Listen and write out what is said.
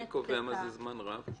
מי קובע מה זה זמן רב?